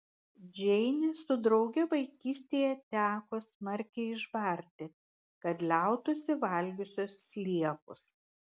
džeinę su drauge vaikystėje teko smarkiai išbarti kad liautųsi valgiusios sliekus